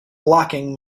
blocking